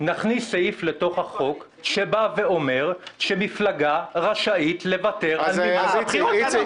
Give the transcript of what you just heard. סעיף שבא ואומר שמפלגה רשאית לוותר על מימון הבחירות.